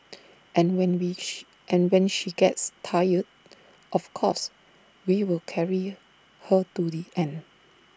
and when wish and when she gets tired of course we will carrier her to the end